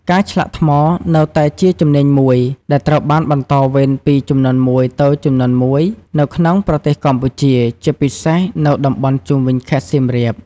ការឆ្លាក់ថ្មនៅតែជាជំនាញមួយដែលត្រូវបានបន្តវេនពីជំនាន់មួយទៅជំនាន់មួយនៅក្នុងប្រទេសកម្ពុជា ជាពិសេសនៅតំបន់ជុំវិញខេត្តសៀមរាប។